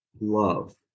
love